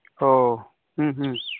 ᱚᱻ ᱦᱮᱸ ᱦᱮᱸ